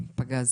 פגז.